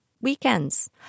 weekends